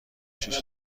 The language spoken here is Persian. شویی